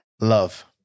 Love